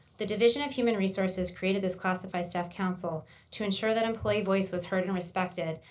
the division of human resources created this classified staff council to ensure that employee voice was heard and respected,